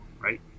right